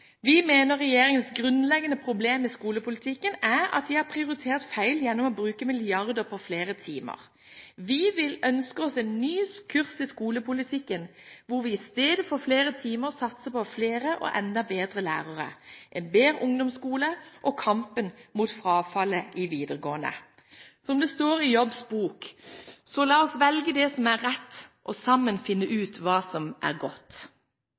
Vi mener regjeringens grunnleggende problem i skolepolitikken er at de har prioritert feil gjennom å bruke milliarder på flere timer. Vi ønsker oss en ny kurs i skolepolitikken, hvor vi i stedet for flere timer satser på flere og enda bedre lærere, en bedre ungdomsskole og kampen mot frafallet i videregående. Som det står i Jobs bok: «Så la oss velge det som er rett, og sammen finne ut hva som er godt.»